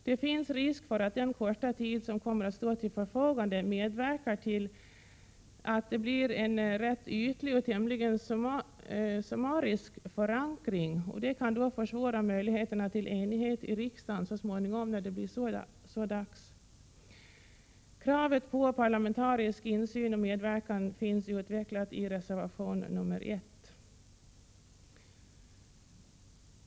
Det finns risk för att den korta tid som kommer att stå till förfogande medverkar till endast en ytlig och tämligen summarisk förankring, vilket då kan försvåra möjligheten till enighet i riksdagen, när det blir så dags. Kravet på parlamentarisk insyn och medverkan finns utvecklat i reservation 1.